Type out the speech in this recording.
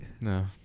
No